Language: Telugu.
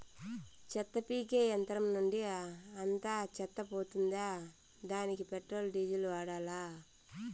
చెత్త పీకే యంత్రం నుండి అంతా చెత్త పోతుందా? దానికీ పెట్రోల్, డీజిల్ వాడాలా?